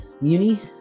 Muni